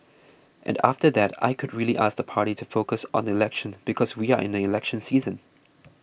and after that I could really ask the party to focus on the election because we are in the election season